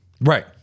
Right